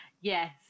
Yes